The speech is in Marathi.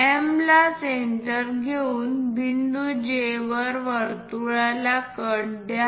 M ला सेंटर घेऊन बिंदू J वर वर्तुळाला कट द्या